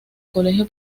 colegio